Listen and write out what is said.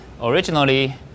Originally